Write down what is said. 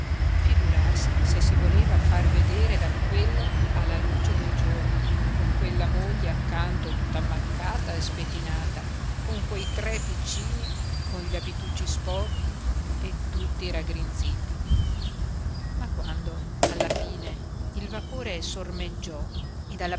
figurarsi se si voleva far vedere da quello alla luce del giorno con quella moglie accanto tutta ammaccata e spettinata con quei tre piccini con gli abitucci sporchi e tutti raggrinziti ma quando alla fine il vapore s'ormeggiò